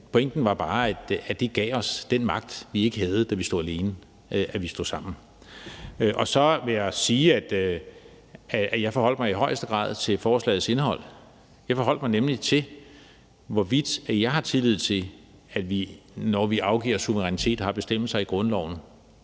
jo netop bare, at det gav os den magt, vi ikke havde, da vi stod alene, nemlig ved at vi stod sammen. Så vil jeg sige, at jeg i højeste grad har forholdt mig til forslagets indhold. Jeg forholdt mig nemlig til, hvorvidt jeg har tillid til, at vi, når vi afgiver suverænitet, har bestemmelser i grundloven,